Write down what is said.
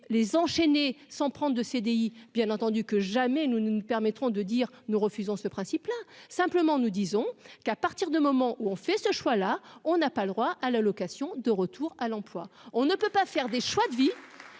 les enchaîner sans prendre de CDI bien entendu que jamais nous ne permettrons de dire : nous refusons ce principe là, simplement, nous disons qu'à partir du moment où on fait ce choix là, on n'a pas le droit à l'allocation de retour à l'emploi, on ne peut pas faire des choix de vie